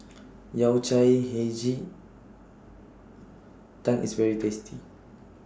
Yao Cai Hei Ji Tang IS very tasty